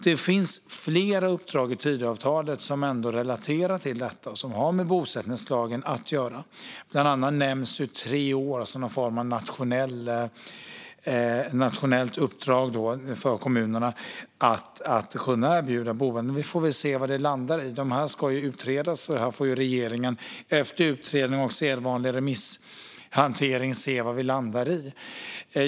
Det finns flera uppdrag i Tidöavtalet som relaterar till detta och som har med bosättningslagen att göra. Bland annat nämns tre år som någon form av nationellt uppdrag för kommunerna att kunna erbjuda boende. Vi får se var det landar. Uppdragen ska utredas. Efter utredning och sedvanlig remisshantering får regeringen se vad vi landar i.